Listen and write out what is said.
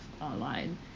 online